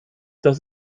das